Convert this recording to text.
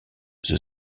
the